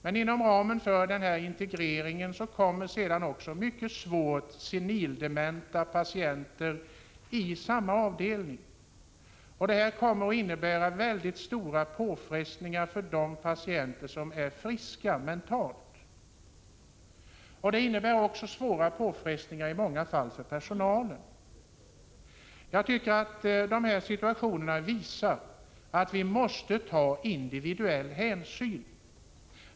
Men inom ramen för integreringen kommer sedan också mycket svårt senildementa patienter till samma avdelning. Detta kommer att innebära väldigt stora påfrestningar för de patienter som är mentalt friska. Det innebär i många fall också svåra påfrestningar för personalen. Jag tycker att dessa situationer visar att vi måste ta individuell hänsyn.